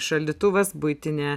šaldytuvas buitinė